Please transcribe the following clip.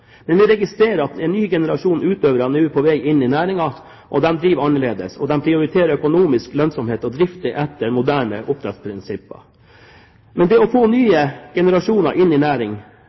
Men vi registrerer at en ny generasjon utøvere nå er på vei inn i næringen, og de driver annerledes. De prioriterer økonomisk lønnsomhet og drifter etter moderne oppdrettsprinsipper. Men det å få nye generasjoner inn i